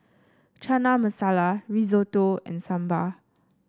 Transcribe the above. Chana Masala Risotto and Sambar